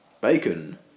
Bacon